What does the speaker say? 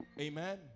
Amen